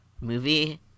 movie